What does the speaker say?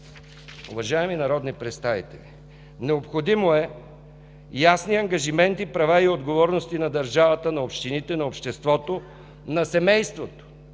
Уважаеми народни представители, необходими са ясни ангажименти, права и отговорности на държавата, на общините, на обществото, на семейството,